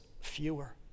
fewer